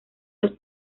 los